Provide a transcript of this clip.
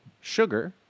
sugar